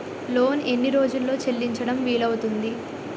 Loan ఎన్ని రోజుల్లో చెల్లించడం వీలు అవుతుంది?